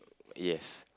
yes